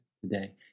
today